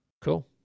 Cool